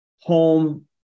home